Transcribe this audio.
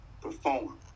perform